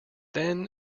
then